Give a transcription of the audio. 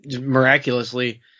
miraculously –